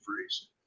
freeze